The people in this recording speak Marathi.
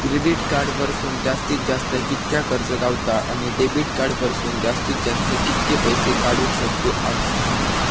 क्रेडिट कार्ड वरसून जास्तीत जास्त कितक्या कर्ज गावता, आणि डेबिट कार्ड वरसून जास्तीत जास्त कितके पैसे काढुक शकतू आम्ही?